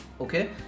okay